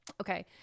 okay